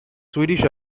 swedish